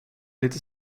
lite